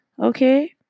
okay